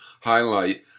highlight